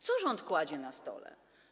Co rząd kładzie na stole?